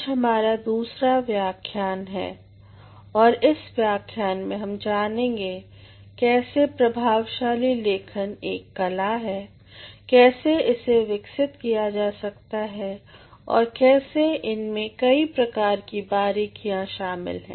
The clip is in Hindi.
आज हमारा दूसरा व्याख्यान है और इस व्याख्यान में हम जानेंगे कैसे प्रभावशाली लेखन एक कला है कैसे इसे विकसित किया जा सकता है और कैसे इनमें कई प्रकार की बारीकियां शामिल हैं